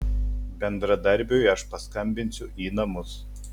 bendradarbiui aš paskambinsiu į namus